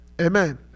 Amen